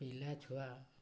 ପିଲାଛୁଆ